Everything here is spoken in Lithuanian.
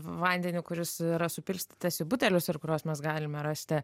vandenį kuris yra supilstytas į butelius ir kuriuos mes galime rasti